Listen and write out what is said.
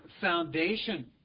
foundation